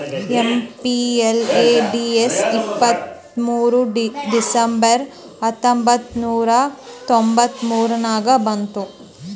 MPLADS ಇಪ್ಪತ್ತ್ಮೂರ್ December ಹತ್ತೊಂಬತ್ ನೂರಾ ತೊಂಬತ್ತ ಮೂರ ನಾಗ ಬಂತು